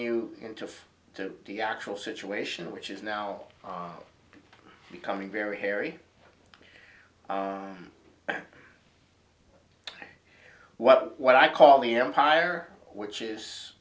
you into of to the actual situation which is now becoming very hairy what what i call the empire which is